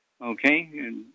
Okay